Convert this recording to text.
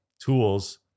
tools